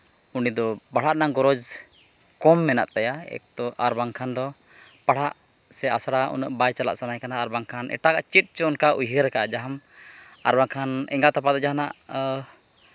ᱩᱱᱤ ᱫᱚ ᱯᱟᱲᱦᱟᱜ ᱨᱮᱱᱟᱜ ᱜᱚᱨᱚᱡᱽ ᱠᱚᱢ ᱢᱮᱱᱟᱜ ᱛᱟᱭᱟ ᱮᱹᱠ ᱛᱚ ᱟᱨ ᱵᱟᱠᱷᱟᱱ ᱫᱚ ᱯᱟᱲᱦᱟᱜ ᱥᱮ ᱟᱥᱲᱟ ᱩᱱᱟᱹᱜ ᱵᱟᱭ ᱪᱟᱞᱟᱜ ᱥᱟᱱᱟᱭᱮ ᱠᱟᱱᱟ ᱵᱟᱝᱠᱷᱟᱱ ᱮᱴᱟᱜ ᱪᱮᱫ ᱪᱚ ᱚᱱᱠᱟ ᱩᱭᱦᱟᱹᱨ ᱠᱟᱜ ᱟᱭ ᱟᱨ ᱵᱟᱠᱷᱟᱱ ᱮᱸᱜᱟᱛ ᱟᱯᱟᱛ ᱡᱟᱦᱟᱱᱟᱜ